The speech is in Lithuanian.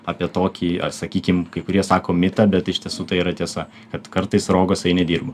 apie tokį sakykim kai kurie sako mitą bet iš tiesų tai yra tiesa kad kartais rogosai nedirba